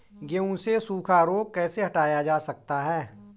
गेहूँ से सूखा रोग कैसे हटाया जा सकता है?